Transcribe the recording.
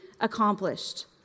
accomplished